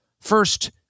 First